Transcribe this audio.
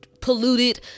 polluted